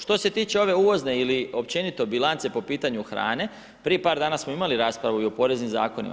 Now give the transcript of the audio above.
Što se tiču ove uvozne ili općenito bilance po pitanju hrane, prije par danas smo imali raspravu i o poreznim zakonima.